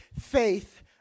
Faith